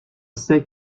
sais